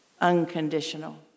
unconditional